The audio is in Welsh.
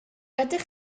ydych